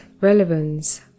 relevance